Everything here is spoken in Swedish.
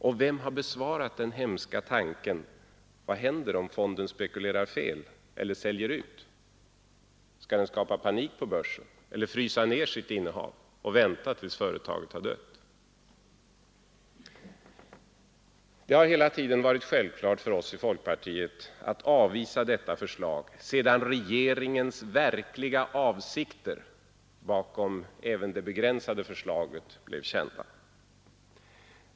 Och vem har besvarat frågan: Vad händer om fonden spekulerar fel eller säljer ut? Skall den skapa panik på börsen eller frysa ner sina innehav och vänta till dess företagen har dött? Det har hela tiden varit självklart för oss i folkpartiet att avvisa detta förslag sedan regeringens verkliga avsikter bakom även det begränsade förslaget blev kända.